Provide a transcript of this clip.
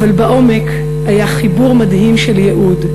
אבל בעומק היה חיבור מדהים של ייעוד,